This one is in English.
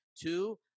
Two